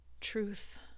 Truth